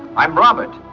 i'm robert,